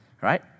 right